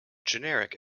generic